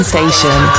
Station